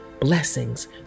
blessings